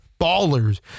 ballers